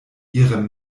ihrem